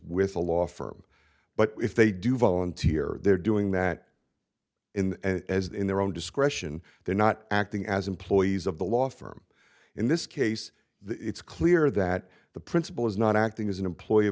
with a law firm but if they do volunteer they're doing that in as in their own discretion they're not acting as employees of the law firm in this case it's clear that the principal was not acting as an employe